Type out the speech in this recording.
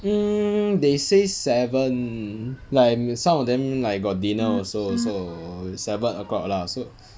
hmm they say seven like ma~ some of them like got dinner also so seven o'clock lah so